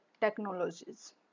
technologies